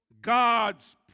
God's